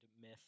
myth